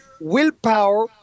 willpower